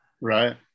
Right